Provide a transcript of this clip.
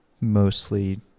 Mostly